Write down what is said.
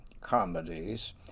comedies